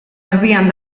erdian